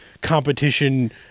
competition